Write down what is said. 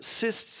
cysts